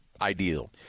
ideal